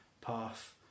path